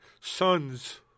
sons